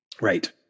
Right